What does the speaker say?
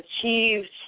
achieved